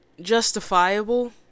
justifiable